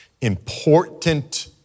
important